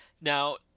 Now